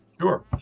Sure